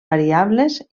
variables